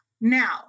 Now